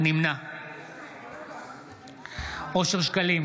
נמנע אושר שקלים,